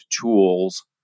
tools